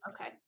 Okay